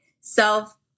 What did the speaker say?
self